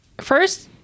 first